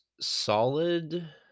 solid